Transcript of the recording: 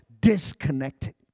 disconnected